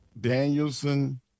Danielson